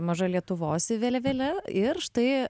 maža lietuvos vėliavėle ir štai